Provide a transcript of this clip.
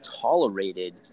tolerated